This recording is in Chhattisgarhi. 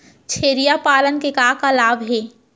छेरिया पालन के का का लाभ हे?